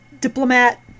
diplomat